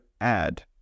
add